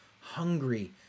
hungry